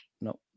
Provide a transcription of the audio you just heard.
no